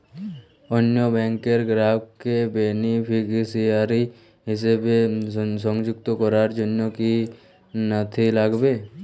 অন্য ব্যাংকের গ্রাহককে বেনিফিসিয়ারি হিসেবে সংযুক্ত করার জন্য কী কী নথি লাগবে?